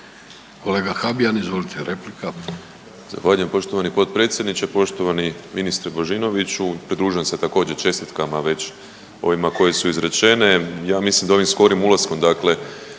Kolega Habijan, izvolite. **Habijan, Damir (HDZ)** Zahvaljujem poštovani potpredsjedniče. Poštovani ministre Božinoviću, pridružujem se također čestitkama već ovima koje su izrečene. Ja mislim da ovim skorim ulaskom dakle